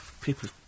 people